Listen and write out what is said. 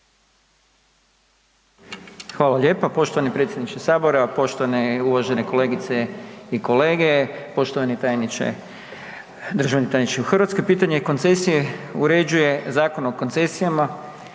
Hvala lijepa poštovani predsjedniče sabora, poštovane i uvažene kolegice i kolege, poštovani tajniče, državni tajniče. U Hrvatskoj pitanje koncesije uređuje Zakon o koncesijama